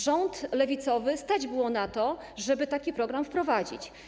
Rząd lewicowy stać było na to, żeby taki program wprowadzić.